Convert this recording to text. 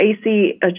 AC